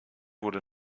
wurde